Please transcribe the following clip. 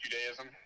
Judaism